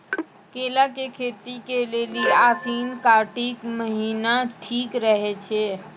केला के खेती के लेली आसिन कातिक महीना ठीक रहै छै